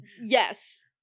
Yes